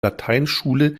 lateinschule